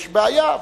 יש בעיה.